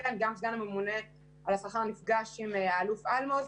גם סגן הממונה על השכר נפגש עם האלוף אלמוז,